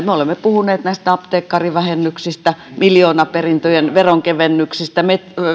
me olemme puhuneet näistä apteekkarivähennyksistä miljoonaperintöjen veronkevennyksistä